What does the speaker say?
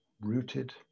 rooted